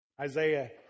Isaiah